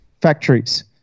factories